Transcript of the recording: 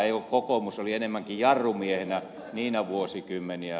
siellä kokoomus oli enemmänkin jarrumiehenä niinä vuosikymmeninä